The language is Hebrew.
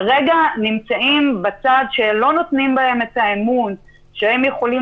כרגע נמצאים בצד ולא נותנים בהם את האמון שהם יכולים